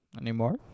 Anymore